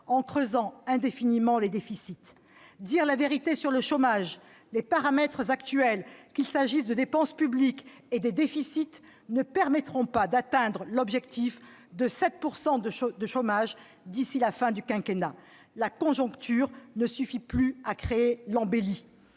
en creusant indéfiniment les déficits. Il faut avoir le courage de dire la vérité sur le chômage. Les paramètres actuels, qu'il s'agisse des dépenses publiques ou des déficits, ne permettront pas d'atteindre l'objectif de 7 % de chômeurs d'ici à la fin du quinquennat. La conjoncture ne suffit plus à créer l'embellie.